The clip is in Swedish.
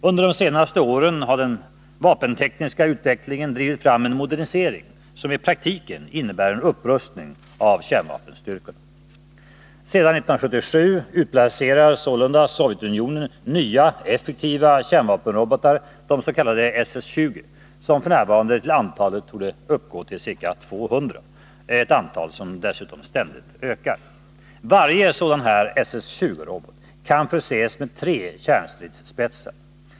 Under de senaste åren har den vapentekniska utvecklingen drivit fram en modernisering som i praktiken innebär en upprustning av kärnvapenstyrkorna. Alltsedan 1977 utplacerar således Sovjetunionen nya, effektiva kärnvapenrobotar, de s.k. SS 20, som f. n. torde uppgå till ca 200 i antal, ett antal som dessutom ständigt ökar. Varje sådan SS 20-robot kan förses med tre kärnstridsspetsar.